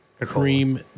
cream